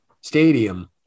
stadium